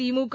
திமுக